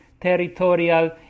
territorial